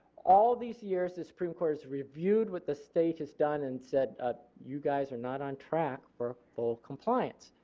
all these years the supreme court has reviewed what the state has done and said ah you guys are not on track for full compliance.